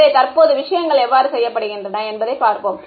எனவே தற்போது விஷயங்கள் எவ்வாறு செய்யப்படுகின்றன என்பதைப் பார்ப்போம்